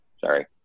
Sorry